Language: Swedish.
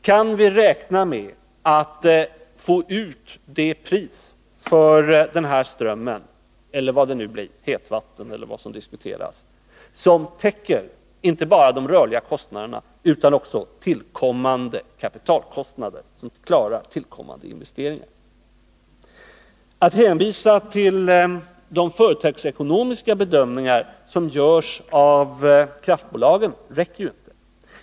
Kan vi räkna med att få ut det pris för strömmen — eller hetvattnet eller vad som diskuteras — som täcker inte bara de rörliga kostnaderna utan också tillkommande kapitalkostnader, så att vi klarar tillkommande investeringar? Att hänvisa till de företagsekonomiska bedömningar som görs av kraftbolagen räcker ju inte.